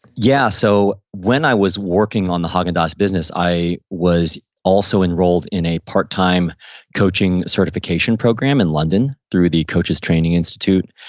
yeah, so when i was working on the hog and dos business, i was also enrolled in a part time coaching certification program in london through the coaches training institute.